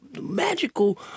magical